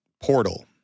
Portal